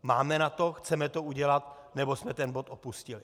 Máme na to, chceme to udělat, nebo jsme ten bod opustili?